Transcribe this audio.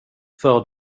för